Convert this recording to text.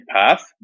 path